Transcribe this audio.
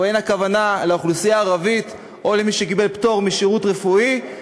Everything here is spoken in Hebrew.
ואין הכוונה לאוכלוסייה הערבית או למי שקיבל פטור רפואי משירות,